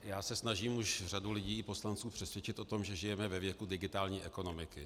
Já se snažím už řadu lidí, poslanců, přesvědčit o tom, že žijeme ve věku digitální ekonomiky.